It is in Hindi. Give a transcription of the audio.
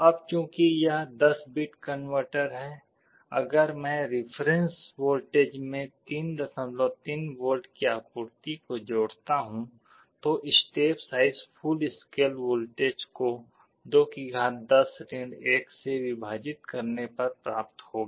अब चूंकि यह 10 बिट कनवर्टर है अगर मैं रफेरेंस वोल्टेज में 33 वोल्ट की आपूर्ति को जोड़ता हूं तो step size full scale voltage को से विभाजित करने पर प्राप्त होगा